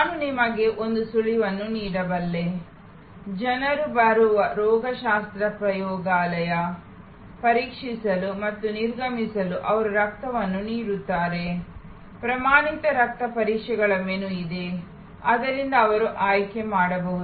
ನಾನು ನಿಮಗೆ ಒಂದು ಸುಳಿವನ್ನು ನೀಡಬಲ್ಲೆ ಜನರು ಬರುವ ರೋಗಶಾಸ್ತ್ರ ಪ್ರಯೋಗಾಲಯ ಪರೀಕ್ಷಿಸಲು ಮತ್ತು ನಿರ್ಗಮಿಸಲು ಅವರ ರಕ್ತವನ್ನು ನೀಡುತ್ತಾರೆ ಪ್ರಮಾಣಿತ ರಕ್ತ ಪರೀಕ್ಷೆಗಳ ಮೆನು ಇದೆ ಅದರಿಂದ ಅವರು ಆಯ್ಕೆ ಮಾಡಬಹುದು